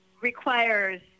requires –